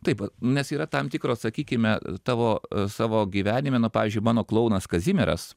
taip nes yra tam tikros sakykime tavo savo gyvenime na pavyzdžiui mano klounas kazimieras